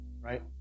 right